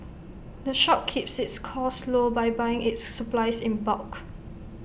the shop keeps its costs low by buying its supplies in bulk